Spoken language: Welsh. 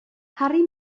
harri